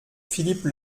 philippe